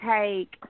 take